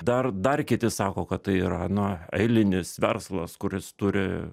dar dar kiti sako kad tai yra na eilinis verslas kuris turi